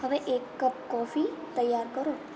હવે એક cup coffee તૈયાર કરો